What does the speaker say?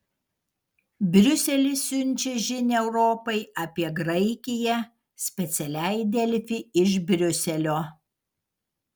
briuselis siunčia žinią europai apie graikiją specialiai delfi iš briuselio